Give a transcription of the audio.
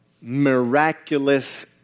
miraculous